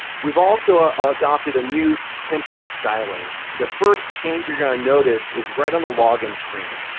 we've also ah ah adopted a new so tempo styling. the first change you're going to notice is right on the login screen.